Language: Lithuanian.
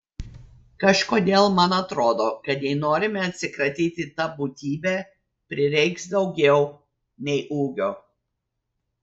kažkodėl man atrodo kad jei norime atsikratyti ta būtybe prireiks daugiau nei ūgio